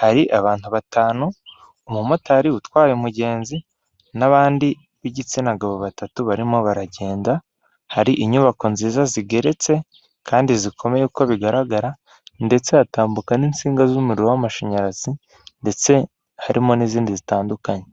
hari abantu batanu, umumotari utwaye umugenzi, n'abandi b'igitsina gabo batatu barimo baragenda, hari inyubako nziza zigeretse kandi zikomeye uko bigaragara, ndetse hatambuka n'insinga z'umuriro w'amashanyarazi, ndetse harimo n'izindi zitandukanye